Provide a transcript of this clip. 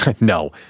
No